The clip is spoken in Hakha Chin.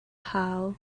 hau